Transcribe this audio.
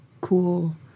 cool